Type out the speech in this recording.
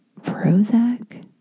Prozac